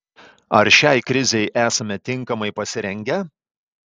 ar šiai krizei esame tinkamai pasirengę